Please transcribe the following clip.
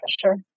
sure